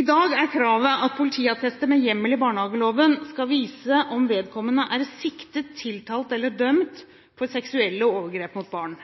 I dag er kravet at politiattester med hjemmel i barnehageloven skal vise om vedkommende er siktet, tiltalt eller dømt for seksuelle overgrep mot barn.